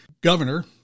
governor